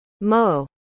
Mo